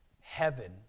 Heaven